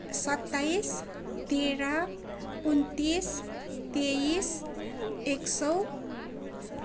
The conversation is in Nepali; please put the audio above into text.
सत्ताइस तेह्र उनन्तिस तेइस एक सौ